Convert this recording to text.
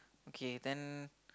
okay then